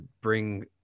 bring